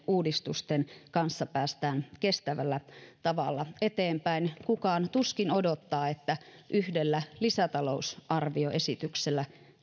uudistusten kanssa päästään kestävällä tavalla eteenpäin kukaan tuskin odottaa että yhdellä lisätalousarvioesityksellä